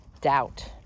doubt